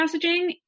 messaging